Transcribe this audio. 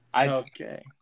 Okay